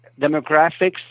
demographics